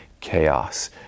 chaos